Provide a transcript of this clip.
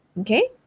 okay